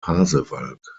pasewalk